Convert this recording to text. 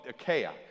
Achaia